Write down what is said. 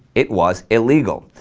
it was illegal.